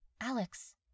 Alex